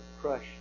crush